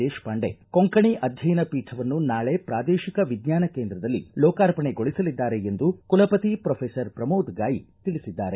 ದೇಶಪಾಂಡೆ ಕೊಂಕಣಿ ಅಧ್ಯಯನ ಪೀಠವನ್ನು ನಾಳೆ ಪ್ರಾದೇಶಿಕ ವಿಜ್ವಾನ ಕೇಂದ್ರದಲ್ಲಿ ಲೋಕಾರ್ಪಣೆಗೊಳಿಸಲಿದ್ದಾರೆ ಎಂದು ಕುಲಪತಿ ಪ್ರೊಫೆಸರ್ ಪ್ರಮೋದ್ ಗಾಯಿ ತಿಳಿಸಿದ್ದಾರೆ